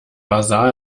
basar